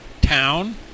town